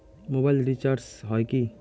Mobile recharge হয় কি?